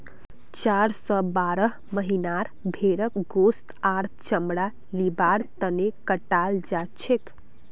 चार स बारह महीनार भेंड़क गोस्त आर चमड़ा लिबार तने कटाल जाछेक